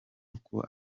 uko